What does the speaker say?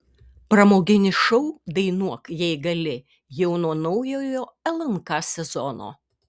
pramoginis šou dainuok jei gali jau nuo naujojo lnk sezono